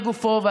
על גופו,